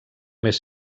més